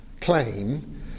claim